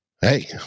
Hey